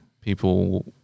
people